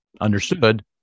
understood